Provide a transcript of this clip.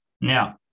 Now